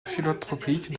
philanthropiques